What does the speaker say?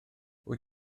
wyt